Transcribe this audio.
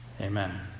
Amen